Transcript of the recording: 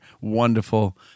wonderful